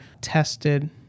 tested